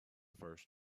first